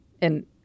and-